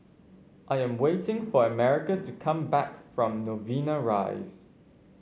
I am waiting for America to come back from Novena Rise